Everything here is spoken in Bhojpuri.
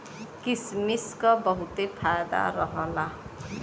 किसमिस क बहुते फायदा रहला